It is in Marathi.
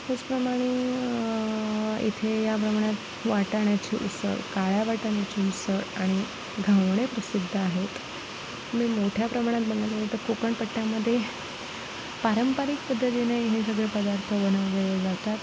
त्याचप्रमाणे इथे या प्रमाणात वाटाण्याची उसळ काळ्या वाटाण्याची उसळ आणि घावणे प्रसिद्ध आहेत मी मोठ्या प्रमाणात बनवलेलं तर कोकणपट्ट्यामध्ये पारंपरिक पद्धतीने हे सगळे पदार्थ बनवले जातात